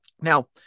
Now